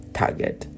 target